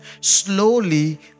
slowly